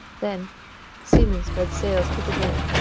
then seamen spread sails to the wind,